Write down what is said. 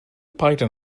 python